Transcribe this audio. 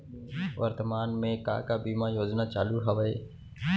वर्तमान में का का बीमा योजना चालू हवये